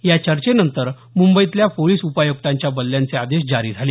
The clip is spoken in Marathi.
या चर्चेनंतर मुंबईतल्या पोलिस उपायुक्तांच्या बदल्यांचे आदेश जारी झाले